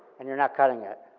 and you're not cutting it.